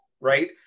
Right